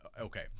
okay